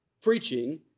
preaching